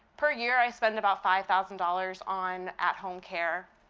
per year i spend about five thousand dollars on at home care.